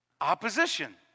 Opposition